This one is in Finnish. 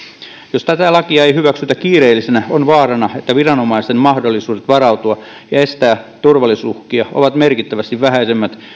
jos tätä lakia ei hyväksytä kiireellisenä on vaarana että viranomaisten mahdollisuudet varautua ja estää turvallisuusuhkia ovat merkittävästi vähäisemmät